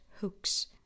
hooks